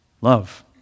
Love